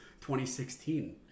2016